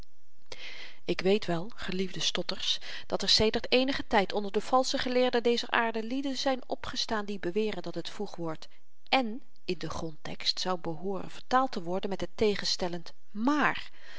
ik weet wel geliefde stotters dat er sedert eenigen tyd onder de valsche geleerden dezer aarde lieden zyn opgestaan die beweren dat het voegwoord en in den grondtekst zou behooren vertaald te worden met het tegenstellend maar